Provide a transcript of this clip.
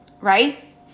right